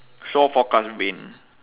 shore forecast wind